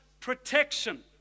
protection